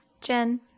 jen